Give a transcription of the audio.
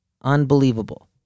Unbelievable